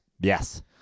Yes